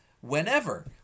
Whenever